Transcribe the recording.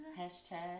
Hashtag